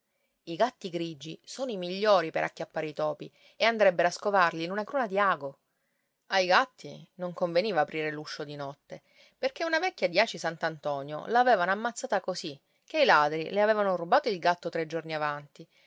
i gatti grigi sono i migliori per acchiappare i topi e andrebbero a scovarli in una cruna di ago ai gatti non conveniva aprire l'uscio di notte perché una vecchia di aci sant'antonio l'avevano ammazzata così che i ladri le avevano rubato il gatto tre giorni avanti